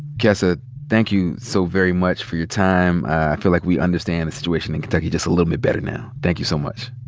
ah thank you so very much for your time. i feel like we understand the situation in kentucky just a little bit better now. thank you so much.